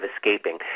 escaping